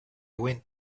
went